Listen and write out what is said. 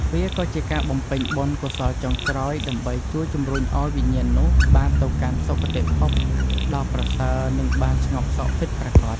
វាក៏ជាការបំពេញបុណ្យកុសលចុងក្រោយ ដើម្បីជួយជំរុញឱ្យវិញ្ញាណនោះបានទៅកាន់ សុគតិភព ដ៏ប្រសើរ និងបានស្ងប់សុខពិតប្រាកដ។